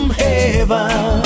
heaven